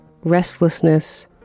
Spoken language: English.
restlessness